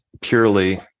purely